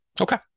Okay